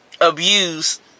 abuse